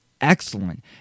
excellent